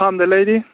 ꯐꯥꯝꯗ ꯂꯩꯔꯤ